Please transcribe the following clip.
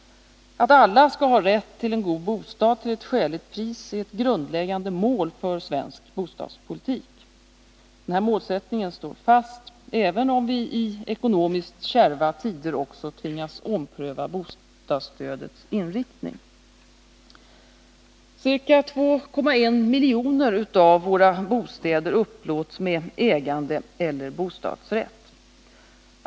Att alla skall ha rätt till en god bostad till ett skäligt pris är ett grundläggande mål för svensk bostadspolitik. Denna målsättning står fast även om vi i ekonomiskt kärva tider också tvingas ompröva bostadsstödets inriktning. Ca 2,1 miljoner av våra bostäder upplåts med ägandeeller bostadsrätt.